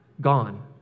gone